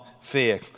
fear